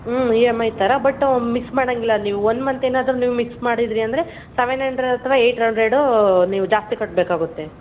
ಹ್ಞೂ E M I ಥರ but miss ಮಾಡೊಂಗಿಲ್ಲ ನೀವು ಒಂದು ಮಂತ್ ಏನಾದರೂ ನೀವು ಮಿಸ್ ಮಾಡಿದ್ರಿ ಅಂದರೆ ಸೆವೆನ್ ಹಂಡ್ರೆಡ್ ಅಥ್ವಾ ಏಯ್ಟ್ ಹಂಡ್ರೆಡೂ ನೀವು ಜಾಸ್ತಿ ಕಟ್ಟಬೇಕಾಗುತ್ತೆ